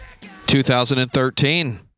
2013